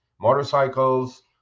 motorcycles